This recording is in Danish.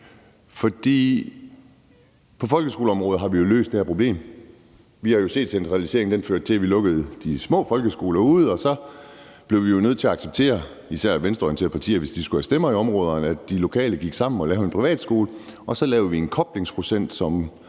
På folkeskoleområdet har vi jo løst det her problem. Vi har jo set, at centraliseringen førte til, at vi lukkede de små folkeskoler derude, og så blev vi jo nødt til acceptere – især de venstreorienterede partier, hvis de skulle have stemmer i de områder – at de lokale gik sammen og lavede en privatskole. Så lavede vi en koblingsprocent,